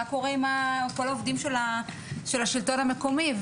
מה קורה עם כל העובדים של השלטון המקומי.